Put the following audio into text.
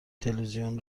تلویزیون